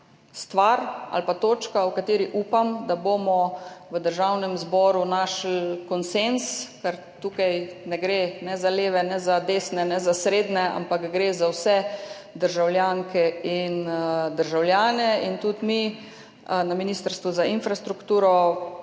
ali pa točka, o kateri upam, da bomo v Državnem zboru našli konsenz, ker tukaj ne gre ne za leve, ne za desne, ne za srednje, ampak gre za vse državljanke in državljane. In tudi mi na Ministrstvu za infrastrukturo